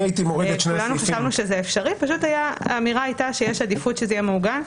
כולנו חשבנו שזה אפשרי פשוט האמירה הייתה שיש עדיפות שזה יהיה מעוגן,